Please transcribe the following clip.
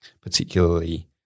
particularly